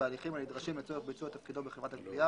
בהליכים הנדרשים לצורך ביצוע תפקידו בחברת הגבייה,